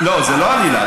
מה?